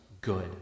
good